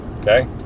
Okay